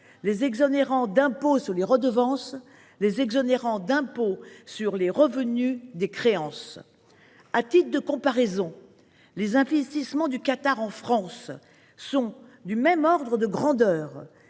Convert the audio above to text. les exonère d’impôt sur les redevances. Il les exonère d’impôt sur le revenu des créances. Bravo ! À titre de comparaison, les investissements du Qatar en France sont du même ordre de grandeur